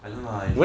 I don't like ah I